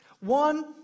one